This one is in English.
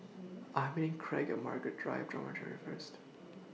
I Am meeting Craig At Margaret Drive Dormitory First